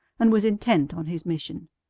and was intent on his mission.